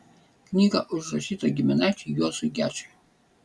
knyga užrašyta giminaičiui juozui gečiui